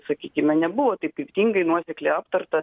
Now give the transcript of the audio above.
sakykime nebuvo taip kryptingai nuosekliai aptarta